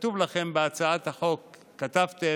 כתוב לכם בהצעת החוק, כתבתם,